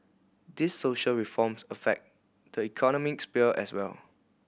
these social reforms affect the economic sphere as well